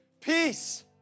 peace